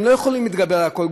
הם לא יכולים להתגבר על הכול.